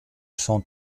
cent